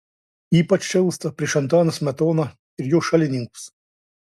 ypač šėlsta prieš antaną smetoną ir jo šalininkus